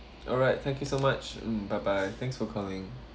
alright thank you so much mm bye bye thanks for calling